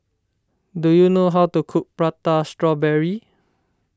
do you know how to cook Prata Strawberry